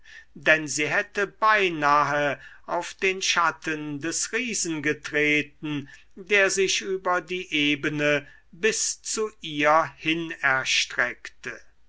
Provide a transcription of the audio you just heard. denn sie hätte beinahe auf den schatten des riesen getreten der sich über die ebene bis zu ihr hin erstreckte